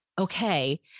Okay